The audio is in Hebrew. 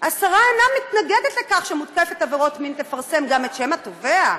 השרה אינה מתנגדת לכך שמותקפת עבירות מין תפרסם גם את שם התובע.